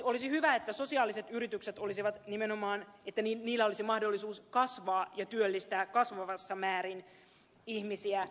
olisi hyvä että sosiaalisilla yrityksillä olisi nimenomaan mahdollisuus kasvaa ja työllistää kasvavassa määrin ihmisiä